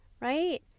right